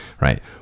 right